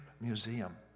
Museum